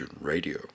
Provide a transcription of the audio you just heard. radio